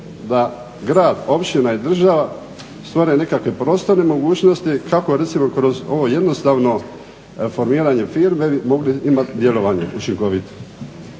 da grad, općina i država stvore nekakve prostorne mogućnosti kako recimo kroz ovo jednostavno formiranje firmi bi mogli imat djelovanje učinkovito.